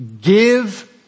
give